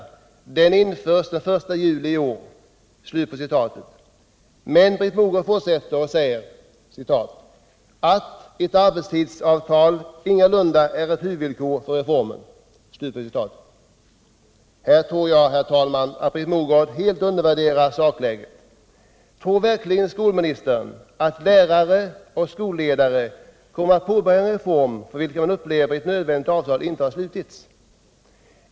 Den införs den 1 juli i år!” Men Britt Mogård fortsatte och sade att ”ett arbetstidsavtal ingalunda är ett huvudvillkor för reformen”. Här tror jag att Britt Mogård helt undervärderar sakläget. Tror verkligen skolministern att lärare och skolledare kommer att påbörja en reform, för vilken man upplever att nödvändiga avtal inte har slutits?